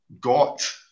got